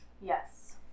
Yes